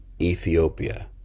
Ethiopia